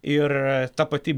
ir ta pati